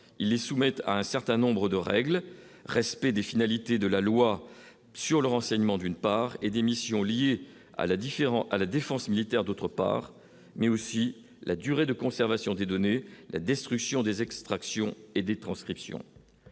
ils les soumettent à un certain nombre de règles, respect des finalités de la loi sur le renseignement : d'une part et des missions liées à la différence à la défense militaire d'autre part, mais aussi la durée de conservation des données, la destruction des extractions et des transcriptions.